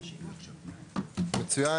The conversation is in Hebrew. מצוין.